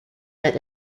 that